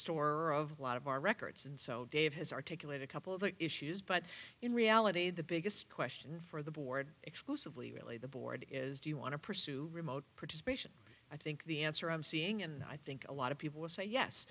store or of a lot of our records and so dave has articulate a couple of issues but in reality the biggest question for the board exclusively really the board is do you want to pursue remote participation i think the answer i'm seeing and i think a lot of people will say yes